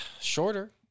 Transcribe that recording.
Shorter